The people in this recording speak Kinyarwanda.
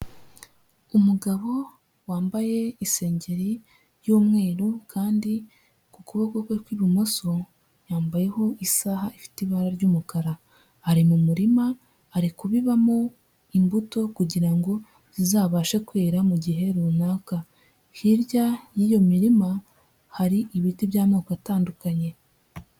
Umugabo wambaye isengengeri y'umweru kandi ku kuboko kwe kw'ibumoso yambayeho isaha ifite ibara ry'umukara; ari mu murima ari kubibamo imbuto kugira ngo zibashe kwera mu gihe runaka hirya y'iyo mirima hari ibiti by'amoko atandukanye.